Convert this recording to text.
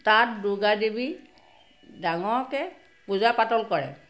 তাত দুৰ্গাদেৱী ডাঙৰকে পূজা পাতল কৰে